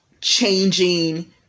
changing